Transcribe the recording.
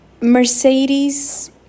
Mercedes